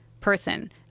person